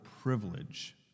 privilege